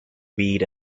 weed